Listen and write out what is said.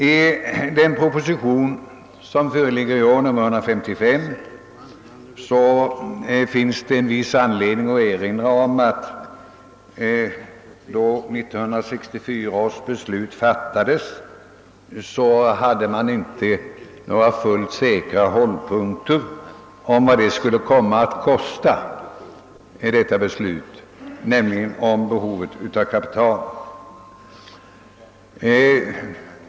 I anslutning till propositionen nr 155, som nu föreligger, finns det anledning att erinra om att man då 1964 års beslut fattades inte hade några säkra beräkningar för vad det skulle komma att kosta att genomföra detta beslut; man hade då alltså inte klart för sig hur stort kapital som skulle komma att krävas.